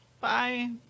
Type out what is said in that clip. Bye